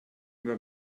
über